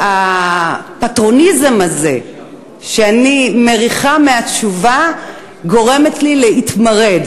והפטרונות הזאת שאני מריחה מהתשובה גורמת לי להתמרד,